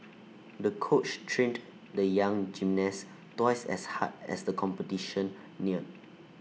the coach trained the young gymnast twice as hard as the competition neared